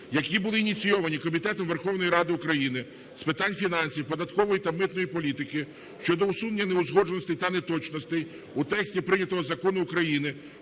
які були ініційовані Комітетом Верховної Ради України з питань фінансів, податкової та митної політики щодо усунення неузгодженостей та неточностей у тексті прийнятого Закону України